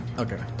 okay